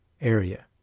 Area